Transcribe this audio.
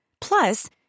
Plus